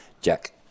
Jack